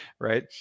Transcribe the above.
right